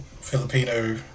Filipino